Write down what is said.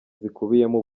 zikubiyemo